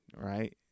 right